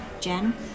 Jen